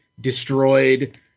destroyed